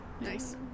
Nice